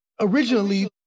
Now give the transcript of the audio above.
originally